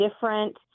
different